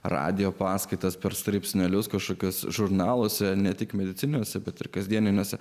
radijo paskaitas per straipsnelius kažkas žurnaluose ne tik medicininiuose bet ir kasdieniniuose